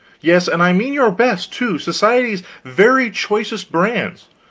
yes, and i mean your best, too, society's very choicest brands.